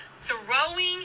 throwing